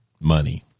money